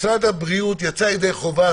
משרד הבריאות יצא ידי חובה